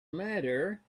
matter